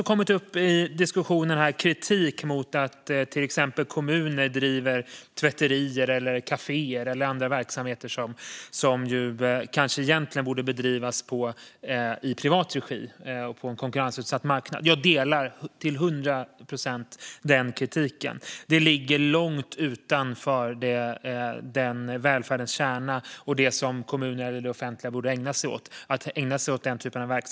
I debatten här har det också kommit upp kritik mot att till exempel kommuner driver tvätterier eller kaféer eller andra verksamheter som kanske egentligen borde drivas i privat regi och på en konkurrensutsatt marknad. Jag delar till hundra procent den kritiken. Den typen av verksamhet ligger långt utanför välfärdens kärna och det som kommuner och det offentliga borde ägna sig åt.